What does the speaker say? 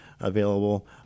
available